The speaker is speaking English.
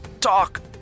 talk